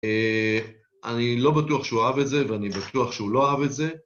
אני לא בטוח שהוא אהב את זה, ואני בטוח שהוא לא אהב את זה.